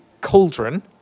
cauldron